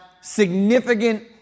significant